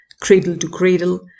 cradle-to-cradle